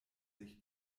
sich